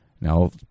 Now